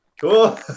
Cool